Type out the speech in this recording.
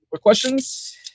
questions